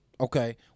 okay